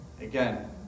Again